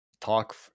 talk